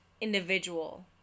individual